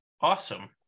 Awesome